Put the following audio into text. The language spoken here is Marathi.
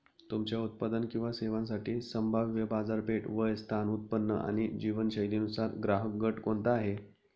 तुमच्या उत्पादन किंवा सेवांसाठी संभाव्य बाजारपेठ, वय, स्थान, उत्पन्न आणि जीवनशैलीनुसार ग्राहकगट कोणता आहे?